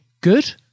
good